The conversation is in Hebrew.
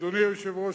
אדוני היושב-ראש,